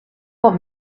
what